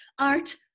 art